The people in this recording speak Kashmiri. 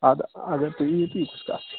ادٕ اگر تُہۍ یِیو تہِ یہِ کُس کَتھ چھِ